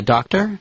Doctor